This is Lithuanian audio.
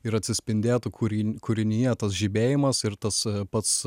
ir atsispindėtų kūrin kūrinyje tas žibėjimas ir tas pats